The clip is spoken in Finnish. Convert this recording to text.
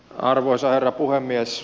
arvoisa herra puhemies